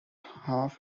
half